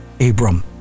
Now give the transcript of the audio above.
Abram